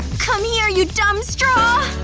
come here you dumb straw!